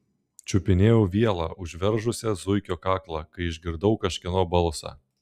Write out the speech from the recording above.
čiupinėjau vielą užveržusią zuikio kaklą kai išgirdau kažkieno balsą